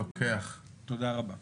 תודה רבה.